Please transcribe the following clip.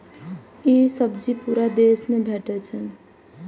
ई सब्जी पूरा देश मे भेटै छै